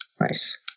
Nice